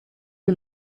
est